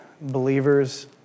believers